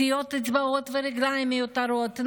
קטיעות אצבעות וקטיעות רגליים מיותרות,